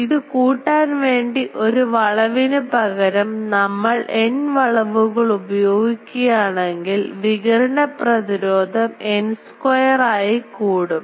ഇത് കൂട്ടാൻ വേണ്ടി ഒരു വളവിന്പകരം നമ്മൾ N വളവുകൾ ഉപയോഗിക്കുകയാണെങ്കിൽ വികിരണ പ്രതിരോധം N squareആയി കൂടും